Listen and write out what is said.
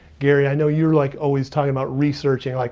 gary, i know you're like always talking about researching. like